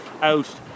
out